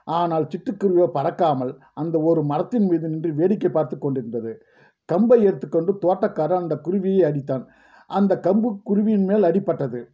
ஆனால் சிட்டுக்குருவியோ பறக்காமல் அந்த ஒரு மரத்தின் மீது நின்று வேடிக்கைப் பார்த்துக் கொண்டிருந்தது கம்பை எடுத்துக்கொண்டு தோட்டக்காரன் அந்தக் குருவியை அடித்தான் அந்தக் கம்பு குருவியின் மேல் அடிப்பட்டது